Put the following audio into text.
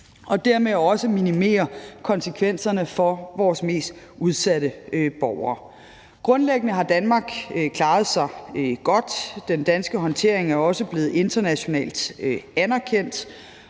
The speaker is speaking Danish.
og dermed også minimere konsekvenserne for vores mest udsatte borgere. Grundlæggende har Danmark klaret sig godt. Den danske håndtering er også blevet internationalt anerkendt.